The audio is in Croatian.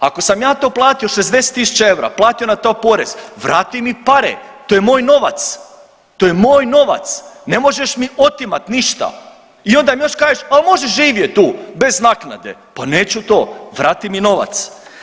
Ako sam ja to platio 60 tisuća eura, platio na to porez, vrati mi pare, to je moj novac, to je moj novac, ne možeš mi otimat ništa i onda mi još kažeš a možeš živjet tu bez naknade, pa neću to, vrati mi novac.